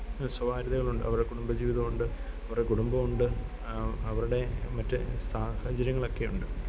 സ്വകാര്യതകളുണ്ട് അവരുടെ കുടുംബ ജീവിതമുണ്ട് അവരുടെ കുടുംബമുണ്ട് അവരുടെ മറ്റ് സാഹചര്യങ്ങളെക്കെയുണ്ട്